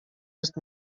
jest